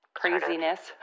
craziness